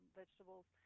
vegetables